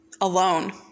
alone